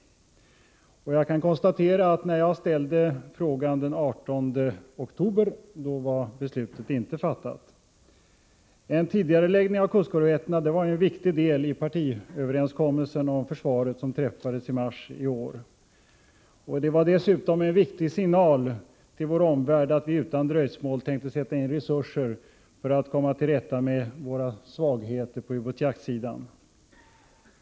Jag konstaterar också att beslutet inte var fattat när jag den 18 oktober ställde min fråga. En tidigareläggning av projekteringen av kustkorvetterna var en viktig del av partiöverenskommelsen om försvaret, som träffades i mars i år. Den skulle dessutom utgöra en viktig signal till vår omvärld om att vi utan dröjsmål tänkte sätta in resurser för att komma till rätta med vår svaghet på ubåtsjaktområdet.